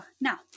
now